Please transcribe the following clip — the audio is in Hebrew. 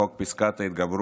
חוק פסקת ההתגברות,